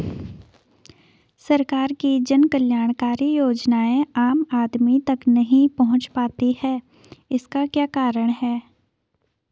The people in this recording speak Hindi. सरकार की जन कल्याणकारी योजनाएँ आम आदमी तक नहीं पहुंच पाती हैं इसका क्या कारण है?